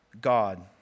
God